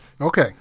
Okay